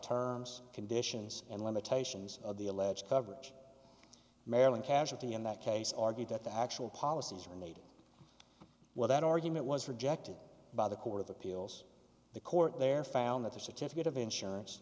terms conditions and limitations of the alleged coverage maryland casualty in that case argued that the actual policies were made well that argument was rejected by the court of appeals the court there found that the certificate of insurance